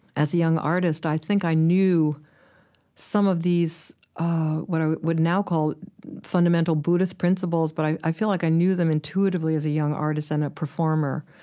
as a young artist, i think i knew some of these, ah, what i would now call fundamental buddhist principles, but i i feel like i knew them intuitively as a young artist and a performer.